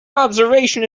observation